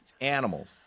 animals